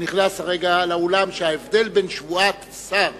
שנכנס הרגע לאולם, שההבדל בין שבועת שר